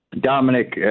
Dominic